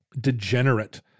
degenerate